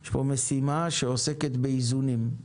יש פה משימה שעוסקת באיזונים,